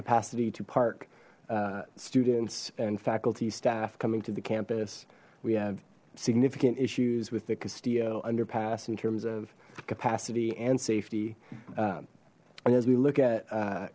capacity to park students and faculty staff coming to the campus we have significant issues with the castillo underpass in terms of capacity and safety and as we look at